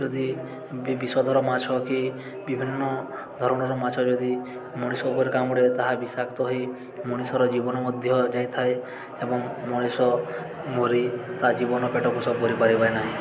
ଯଦି ବିଷଧର ମାଛ କି ବିଭିନ୍ନ ଧରଣର ମାଛ ଯଦି ମଣିଷ ଉପରେ କାମୁଡ଼େ ତାହା ବିଷାକ୍ତ ହୋଇ ମଣିଷର ଜୀବନ ମଧ୍ୟ ଯାଇଥାଏ ଏବଂ ମଣିଷ ମରି ତା ଜୀବନ ପେଟ ପୋଷ କରିପାରିବେ ନାହିଁ